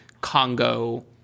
Congo